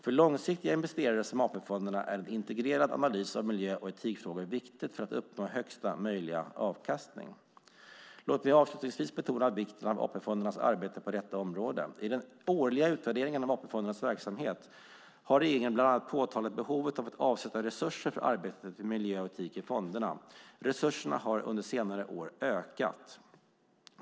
För långsiktiga investerare som AP-fonderna är en integrerad analys av miljö och etikfrågor viktigt för att uppnå högsta möjliga avkastning. Låt mig avslutningsvis betona vikten av AP-fondernas arbete på detta område. I den årliga utvärderingen av AP-fondernas verksamhet har regeringen bland annat påtalat behovet av att avsätta resurser för arbetet med miljö och etik i fonderna. Resurserna har under senare år ökat.